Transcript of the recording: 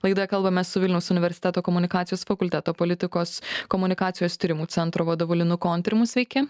laidoje kalbamės su vilniaus universiteto komunikacijos fakulteto politikos komunikacijos tyrimų centro vadovu linu kontrimu sveiki